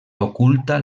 oculta